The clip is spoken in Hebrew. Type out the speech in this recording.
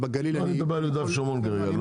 לא רק ליהודה ושומרון, גם לפריפריה בנגב ובגליל.